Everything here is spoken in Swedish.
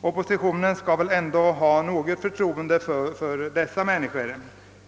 Oppositionen bör väl ändå ha något förtroende för dessa personer.